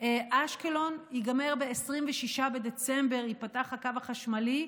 ייגמר ב-26 בדצמבר וייפתח הקו החשמלי.